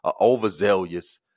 overzealous